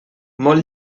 molt